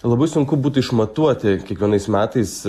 labai sunku būtų išmatuoti kiekvienais metais